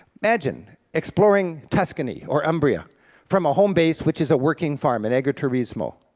imagine exploring tuscany or umbria from a home base which is a working farm, an agriturismo,